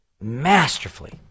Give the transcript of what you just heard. masterfully